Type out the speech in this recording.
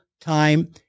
time